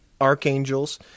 archangels